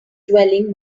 dwelling